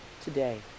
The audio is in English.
today